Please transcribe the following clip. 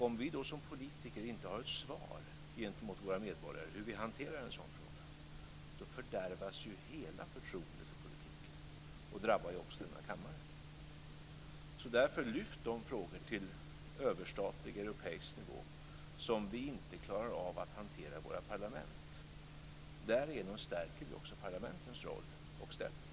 Om vi då som politiker inte har ett svar gentemot våra medborgare om hur vi hanterar en sådan fråga fördärvas ju hela förtroendet för politiken, och det drabbar ju också denna kammare. Lyft därför de frågor till överstatlig europeisk nivå som vi inte klarar av att hantera i våra parlament. Därigenom stärker vi också parlamentens roll och ställning.